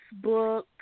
Facebook